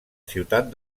ciutat